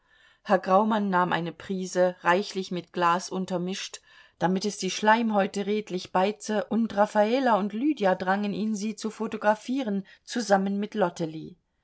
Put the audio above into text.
herr graumann nahm eine prise reichlich mit glas untermischt damit es die schleimhäute redlich beize und raffala und lydia drangen ihn sie zu photographieren zusammen mit lottely